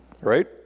right